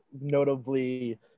notably